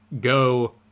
go